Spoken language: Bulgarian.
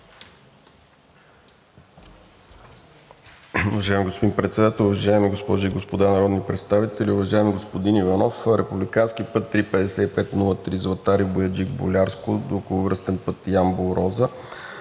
Уважаеми господин Председател, уважаеми дами и господа народни представители, уважаеми господин Иванов. Републикански път III-5503 Златари – Бояджик – Болярско до околовръстен път Ямбол